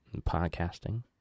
podcasting